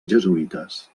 jesuïtes